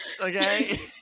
Okay